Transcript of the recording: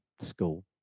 school